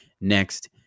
next